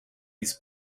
his